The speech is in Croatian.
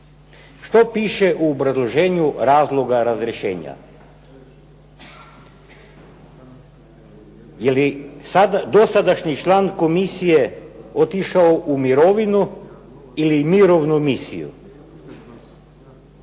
Što piše u obrazloženju razloga razrješnjenja? Je li dosadašnji član komisije otišao u mirovinu ili mirovnu misiju?